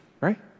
right